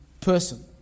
person